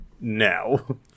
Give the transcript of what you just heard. now